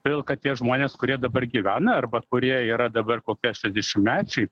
todėl kad tie žmonės kurie dabar gyvena arba kurie yra dabar kokie šešiasdešimtmečiai